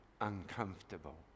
Uncomfortable